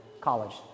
college